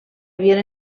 havien